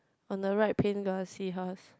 on the right paint got the seahorse